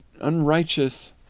unrighteous